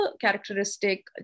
characteristic